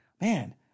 man